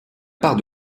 part